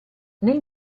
nel